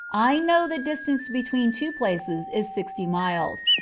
i know the distance between two places is sixty miles,